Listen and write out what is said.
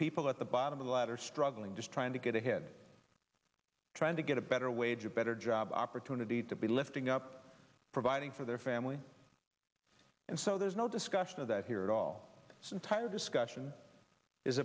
people at the bottom of the ladder struggling just trying to get ahead trying to get a better wage a better job opportunity to be lifting up providing for their family and so there's no discussion of that here at all some tired discussion is